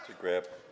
Dziękuję.